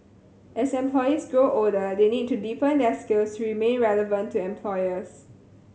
as employees grow older they need to deepen their skills to remain relevant to employers